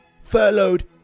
furloughed